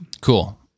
cool